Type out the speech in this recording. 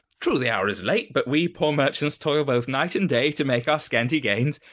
true, the hour is late, but we poor merchants toil both night and day to make our scanty gains.